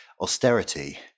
austerity